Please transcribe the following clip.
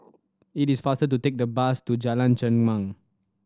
it is faster to take the bus to Jalan Chengam